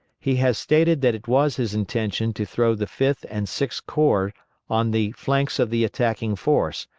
he has stated that it was his intention to throw the fifth and sixth corps on the flanks of the attacking force,